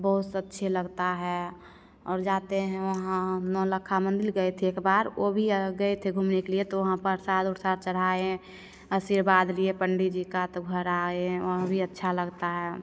बहुत अच्छे लगता है और जाते हैं वहाँ नौलक्खा मंदिर गए थे एक बार वो भी गए थे घूमने के लिए तो वहाँ परसाद उरसाद चढ़ाएँ आशीर्वाद लिए पंडी जी का तो घर आए वह भी अच्छा लगता है